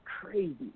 crazy